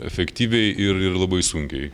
efektyviai ir ir labai sunkiai